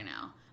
now